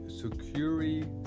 Security